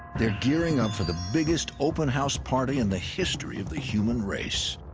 they're gearing up for the biggest open-house party in the history of the human race.